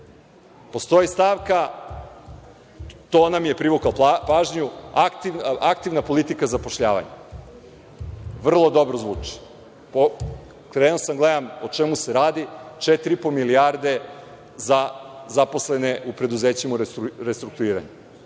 našao. Postoji stavka, to nam je privuklo pažnju, aktivna politika zapošljavanja. Vrlo dobro zvuči. Krenuo sam da gledam o čemu se radi - četiri i po milijarde za zaposlene u preduzećima u restrukturiranju